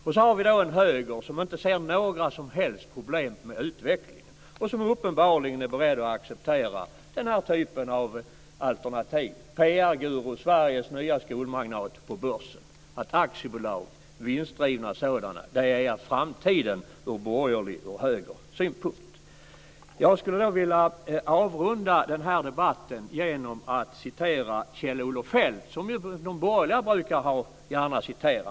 Sedan finns det en höger som inte ser några som helst problem med utvecklingen och som uppenbarligen är beredd att acceptera den här typen av alternativ Vinstdrivande aktiebolag är framtiden ur den borgerliga högerns synpunkt. Jag vill avrunda debatten genom att citera Kjell Olof Feldt. De borgerliga citerar gärna honom.